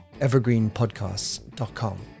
evergreenpodcasts.com